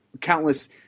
countless –